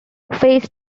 phase